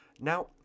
Now